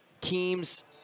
teams